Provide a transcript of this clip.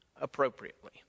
appropriately